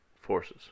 forces